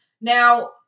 Now